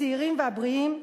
הצעירים והבריאים,